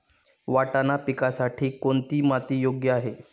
वाटाणा पिकासाठी कोणती माती योग्य आहे?